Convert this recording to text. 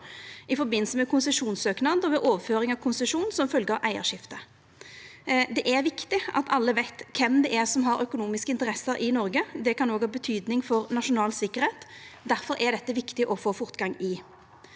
i forbindelse med konsesjonssøknad og ved overføring av konsesjon som følgje av eigarskifte. Det er viktig at alle veit kven det er som har økonomiske interesser i Noreg. Det kan òg ha betydning for nasjonal sikkerheit. Difor er dette viktig å få fortgang i.